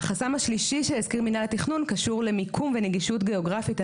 והחסם השלישי שהזכיר מינהל התכנון קשור למיקום ונגישות גיאוגרפית.